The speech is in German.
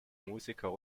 musiker